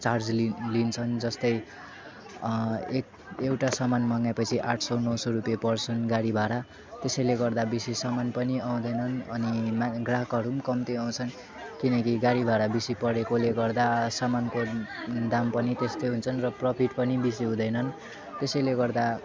charge ली लिन्छन् जस्तै एक एउटा सामान मगाएपछि आठ सय नौ सय रुपियाँ पर्छन् गाडी भाडा त्यसैले गर्दा बेसी सामान पनि आउँदैनन् अनि मा ग्राहकहरू पनि कम्ती आउँछन् किनकि गाडी भाडा बेसी परेकोले गर्दा सामानको दाम पनि त्यस्तै हुन्छन् र प्रफिट पनि बेसी हुँदैनन् त्यसैले गर्दा